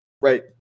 right